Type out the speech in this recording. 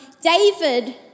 David